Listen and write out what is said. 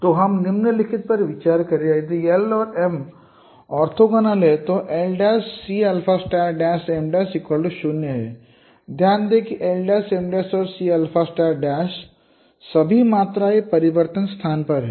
तो हम निम्नलिखित पर विचार करें यदि l और m ऑर्थोगोनल हैं तो l'Cm'0 है ध्यान दें कि l' m' and C सभी मात्राएँ परिवर्तित स्थान पर हैं